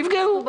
נפגעו,